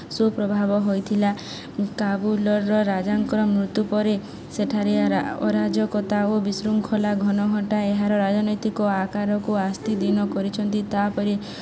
ସୁପ୍ରଭାବ ହୋଇଥିଲା କାବୁଲର ରାଜାଙ୍କର ମୃତ୍ୟୁ ପରେ ସେଠାରେ ଅରାଜକତା ଓ ବିଶୃଙ୍ଖଳା ଘନଘଟା ଏହାର ରାଜନୈତିକ ଆକାରକୁ ଆସ୍ଥି ଦିନ କରିଛନ୍ତି ତା'ପରେ